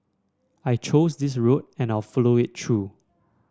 I chose this road and I'll follow it through